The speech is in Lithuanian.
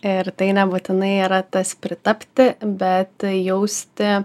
ir tai nebūtinai yra tas pritapti bet jausti